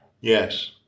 Yes